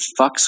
fucks